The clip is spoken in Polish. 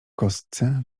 kostce